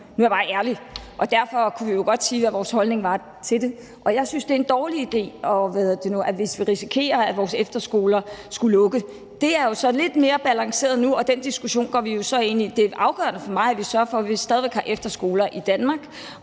Nu er jeg bare ærlig. Derfor kunne vi jo godt sige, hvad vores holdning var til det. Og jeg synes, det er en dårlig idé, hvis vi risikerer, at vores efterskoler skulle lukke. Det er jo så lidt mere balanceret nu, og den diskussion går vi så ind i. Det er afgørende for mig, at vi sørger for, at vi stadig væk har efterskoler i Danmark,